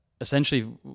essentially